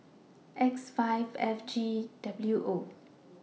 X five FGWO